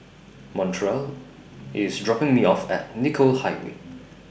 Montrell IS dropping Me off At Nicoll Highway